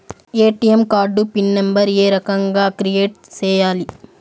ATM card pin number ఏ రకంగా create సేయాలి